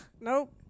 Nope